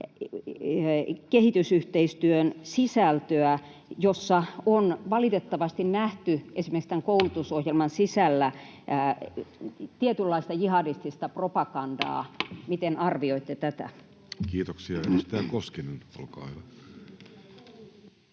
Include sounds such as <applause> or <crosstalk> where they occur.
kehitysyhteistyön sisältöä, jossa on valitettavasti nähty esimerkiksi tämän koulutusohjelman sisällä <noise> tietynlaista jihadistista propagandaa? <noise> Miten arvioitte tätä? Kiitoksia. — Edustaja Koskinen, olkaa hyvä.